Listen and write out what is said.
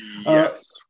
Yes